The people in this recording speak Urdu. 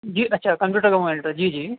جی اچھا کمپیوٹر کا مانیٹر جی جی